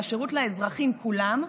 והשירות לאזרחים כולם,